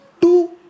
Two